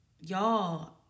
Y'all